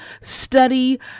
study